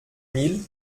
mille